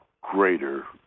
greater